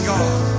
God